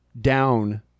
down